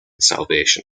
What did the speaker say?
salvation